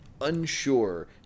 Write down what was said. unsure